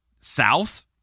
South